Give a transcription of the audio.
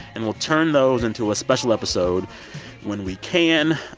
and we'll turn those into a special episode when we can.